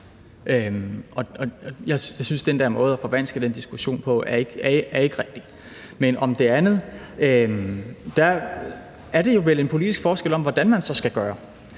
Jeg synes, den der måde at forvanske den diskussion på ikke er rigtig. Men om det andet vil jeg sige, at det vel skyldes en politisk forskel på, hvordan man så skal gøre.